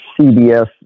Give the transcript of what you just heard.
CBS